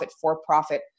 for-profit